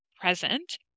present